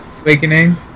Awakening